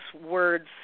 words